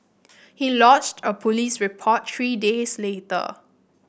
he lodged a police report three days later